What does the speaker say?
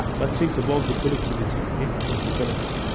but think above the collectivity, ok? it's a collective